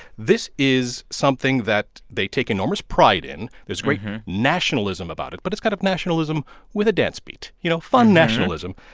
this is something that they take enormous pride in. there's great nationalism about it, but it's kind of nationalism with a dance beat you know, fun nationalism.